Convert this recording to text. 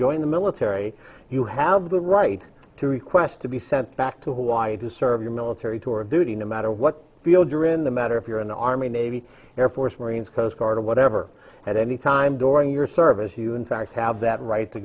join the military you have the right to request to be sent back to hawaii to serve your military tour of duty no matter what field you're in the matter if you're in the army navy air force marines coast guard or whatever at any time during your service you in fact have that right to